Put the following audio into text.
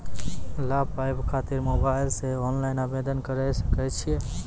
लाभ पाबय खातिर मोबाइल से ऑनलाइन आवेदन करें सकय छियै?